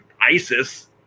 isis